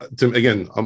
Again